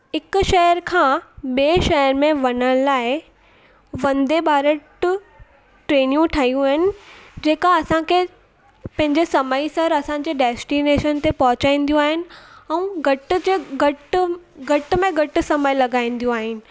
हिकु शहर खां ॿिए शहर में वञण लाइ वंदे भारत ट्रेनियूं ठहियूं आहिनि जेका असांखे पंहिंजे समय सर असांजे डेस्टिनेशन ते पहुचाईंदियूं आहिनि ऐं घटि जे घटि घट में घटि समय लॻाईंदियूं आहिनि